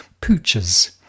pooches